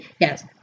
Yes